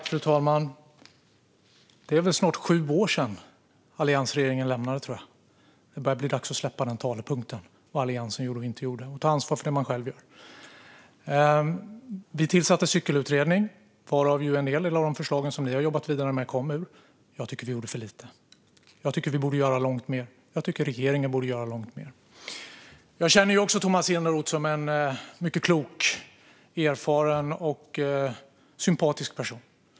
Fru talman! Det är snart sju år sedan Alliansen lämnade över regeringsmakten. Det börjar bli dags att släppa talepunkten om vad Alliansen gjorde och inte gjorde och ta ansvar för det man själv gör. Vi tillsatte en cykelutredning som en hel del av de förslag som ni har jobbat vidare med kom ur, men jag tycker att vi gjorde för lite. Jag tycker att vi borde göra långt mer. Jag tycker att regeringen borde göra långt mer. Jag känner Tomas Eneroth som en mycket klok, erfaren och sympatisk person.